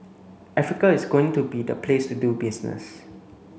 Africa is going to be the place to do business